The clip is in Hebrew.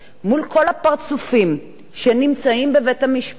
מול כל הפרצופים שנמצאים בבית-המשפט,